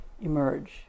Emerge